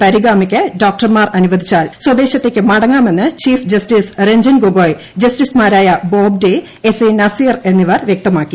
തരഗാമിക്ക് ഡോക്ടർമാർ അനുവദിച്ചാൽ സ്വദേശത്തേക്ക് മടങ്ങാമെന്ന് ചീഫ്ജസ്റ്റിസ് രഞ്ജൻ ഗൊഗോയ് ജസ്റ്റിസുമാരായ Bobde S A Nazeer എന്നിവർ വ്യക്തമാക്കി